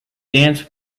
dance